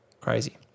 Crazy